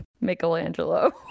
Michelangelo